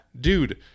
dude